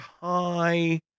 hi